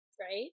right